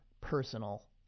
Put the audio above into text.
personal